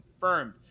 confirmed